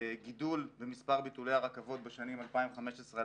גידול במספר ביטולי הרכבות בשנים 2017-2015,